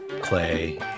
Clay